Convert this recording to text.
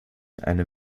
einem